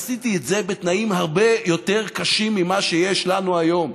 עשיתי את זה את בתנאים הרבה יותר קשים ממה שיש לנו היום,